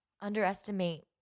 underestimate